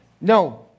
No